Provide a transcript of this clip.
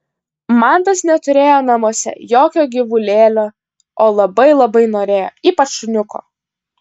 mantas neturėjo namuose jokio gyvulėlio o labai labai norėjo ypač šuniuko